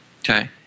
Okay